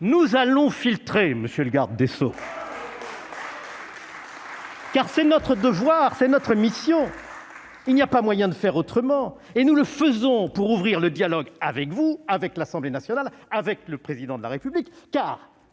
Nous allons filtrer, monsieur le garde des sceaux ! Car c'est notre devoir et notre mission ; il n'y a pas moyen de faire autrement. Et nous le faisons pour ouvrir le dialogue avec vous, avec l'Assemblée nationale et avec le Président de la République.